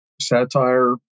satire